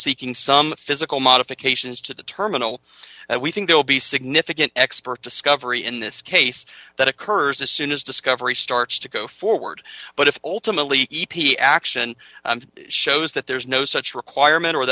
seeking some physical modifications to the terminal that we think will be significant expert discovery in this case that occurs as soon as discovery starts to go forward but if alternately e p action shows that there's no such requirement or